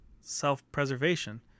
self-preservation